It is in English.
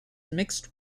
mixed